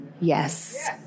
yes